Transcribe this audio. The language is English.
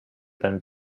than